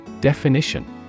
Definition